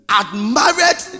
admired